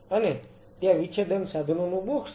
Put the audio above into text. અને ત્યાં વિચ્છેદન સાધનોનું બોક્સ છે